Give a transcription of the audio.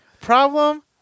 Problem